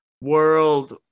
World